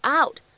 out